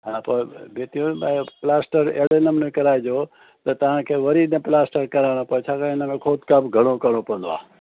हा पर भितियुनि में प्लास्टर अहिड़े नमूने कराइजो त तव्हांखे वरी न प्लास्टर कराइणो पए छाकाणि हिन में खोदकाम घणो करिणो पवंदो आहे